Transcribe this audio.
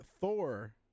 Thor